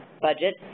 budget